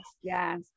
yes